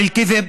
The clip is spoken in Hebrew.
(אומר דברים בערבית ומתרגמם:)